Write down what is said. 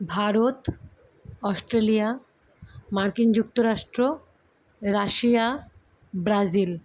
Bharat Australia মার্কিন যুক্তরাষ্ট্র Russia Brazil